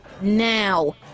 now